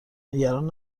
نگران